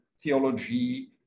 theology